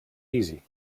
easy